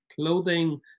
clothing